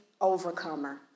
overcomer